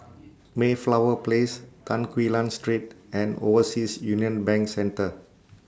Mayflower Place Tan Quee Lan Street and Overseas Union Bank Centre